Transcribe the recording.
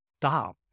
stop